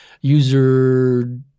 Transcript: user